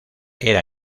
era